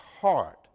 heart